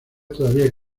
todavía